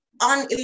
on